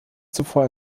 zuvor